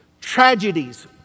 Tragedies